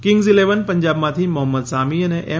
Kings Eleven પંજાબમાંથી મોહમંદ સામી અને એમ